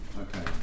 Okay